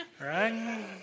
right